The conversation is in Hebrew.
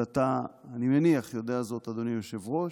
ואני מניח שאתה יודע זאת, אדוני היושב-ראש,